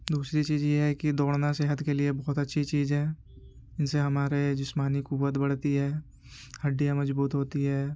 دوسری چیز یہ ہے کہ دوڑنا صحت کے لیے بہت اچھی چیز ہے جس سے ہمارے جسمانی قوت بڑھتی ہے ہڈیاں مضبوط ہوتی ہے